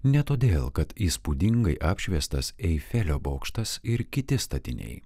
ne todėl kad įspūdingai apšviestas eifelio bokštas ir kiti statiniai